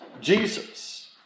Jesus